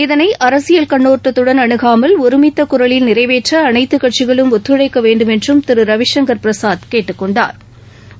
இதனை அரசியல் கண்ணோட்டத்துடன் அணுகாமல் ஒருமித்த குரவில் நிறைவேற்ற அனைத்து கட்சிகளும் ஒத்துழைக்க வேண்டுமென்றும் திரு ரவிங்கள் பிரசாத் கேட்டுக் கொண்டாா்